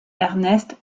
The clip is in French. ernest